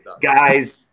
guys